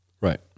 Right